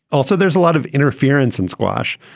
also, there's a lot of interference in squash,